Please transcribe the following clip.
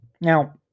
Now